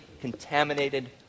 contaminated